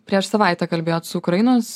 prieš savaitę kalbėjot su ukrainos